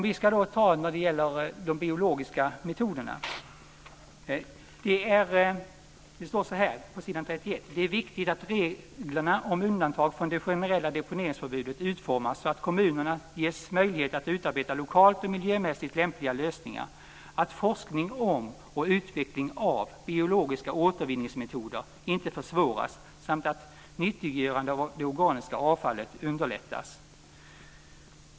Vad gäller de biologiska metoderna framhåller utskottsmajoriteten på s. 31: "Det är - av vikt att reglerna om undantag från det generella deponeringsförbudet utformas så att kommunerna ges möjlighet att utarbeta lokalt och miljömässigt lämpliga lösningar, att forskning om och utveckling av biologiska återvinningsmetoder inte försvåras samt att - nyttiggörande av det organiska avfallet underlättas."